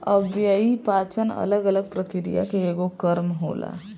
अव्ययीय पाचन अलग अलग प्रक्रिया के एगो क्रम होला